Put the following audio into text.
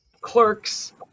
clerks